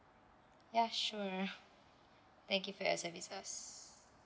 ya sure thank you for your services